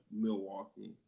Milwaukee